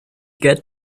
get